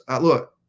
look